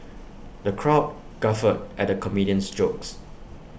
the crowd guffawed at the comedian's jokes